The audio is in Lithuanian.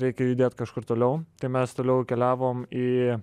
reikia judėt kažkur toliau tai mes toliau keliavom į